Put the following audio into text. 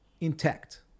intact